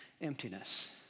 emptiness